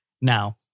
Now